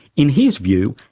in his view,